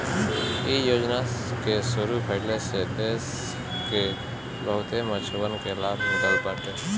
इ योजना के शुरू भइले से देस के बहुते मछुआरन के लाभ मिलल बाटे